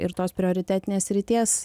ir tos prioritetinės srities